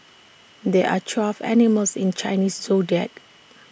there are twelve animals in Chinese Zodiac